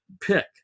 pick